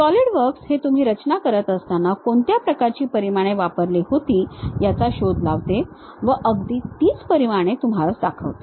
SolidWorks हे तुम्ही रचना करत असताना कोणत्या प्रकारची परिमाणे वापरली होती याचा शोध लावते व अगदी तीच परिमाणे तुम्हास दाखवते